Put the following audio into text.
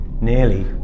nearly